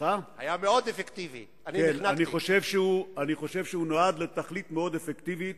כן, אני חושב שהוא נועד לתכלית מאוד אפקטיבית,